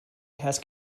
has